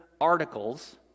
articles